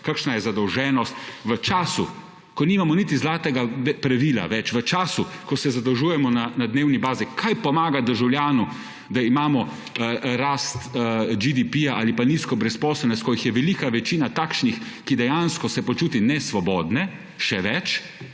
kakšna je zadolženost. V času, ko nimamo niti zlatega pravila več, v času, ko se zadolžujemo na dnevni bazi. Kaj pomaga državljanu, da imamo rast GDP-ja ali pa nizko brezposelnost, ko jih je velika večina takšnih, ki dejansko se počuti nesvobodne, še več,